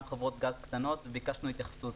וגם חברות גז קטנות וביקשנו התייחסות.